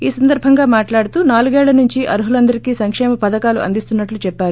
ఈ సందర్బంగా మాట్లాడుతూ నాలుగేళ్ల అర్హులందరికీ సంక్షేమ పథకాలు అందిస్తున్నట్లు చెప్పారు